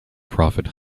prophet